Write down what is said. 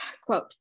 Quote